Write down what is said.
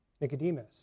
Nicodemus